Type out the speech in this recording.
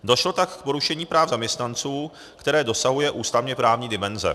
Došlo tak k porušení práv zaměstnanců, které dosahuje ústavněprávní dimenze.